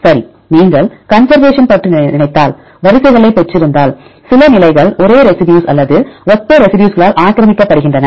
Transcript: சரி நீங்கள் கன்சர்வேஷன் பற்றி நினைத்தால் வரிசைகளைப் பெற்றிருந்தால் சில நிலைகள் ஒரே ரெசிடியூஸ்அல்லது ஒத்த ரெசிடியூஸ்களால் ஆக்கிரமிக்கப்படுகின்றன